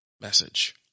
message